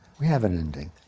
we have an ending.